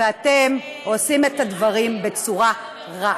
ואתם עושים את הדברים בצורה רעה.